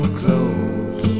close